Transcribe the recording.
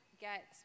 get